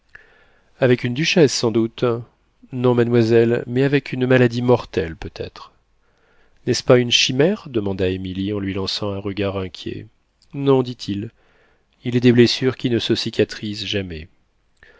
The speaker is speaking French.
avec une duchesse sans doute non mademoiselle mais avec une maladie mortelle peut être n'est-ce pas une chimère demanda émilie en lui lançant un regard inquiet non dit-il il est des blessures qui ne se cicatrisent jamais